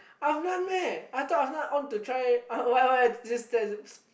Afnan meh I thought Afnan on to try uh why why just tell just speak